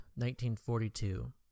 1942